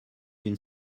une